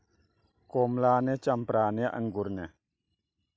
ꯀꯣꯝꯂꯥꯅꯦ ꯆꯝꯕ꯭ꯔꯥꯅꯦ ꯑꯪꯒꯨꯔꯅꯦ